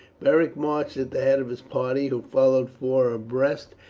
beric marched at the head of his party, who followed four abreast,